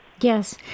Yes